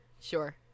Sure